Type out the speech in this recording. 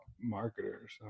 marketers